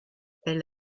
elle